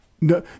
no